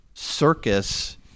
circus